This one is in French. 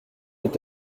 est